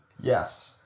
Yes